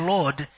Lord